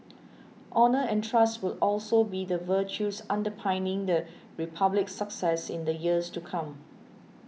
honour and trust will also be the virtues underpinning the Republic's success in the years to come